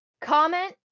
comment